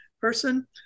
person